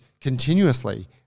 continuously